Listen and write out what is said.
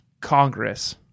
Congress